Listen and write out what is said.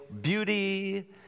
beauty